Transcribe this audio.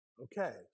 Okay